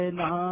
no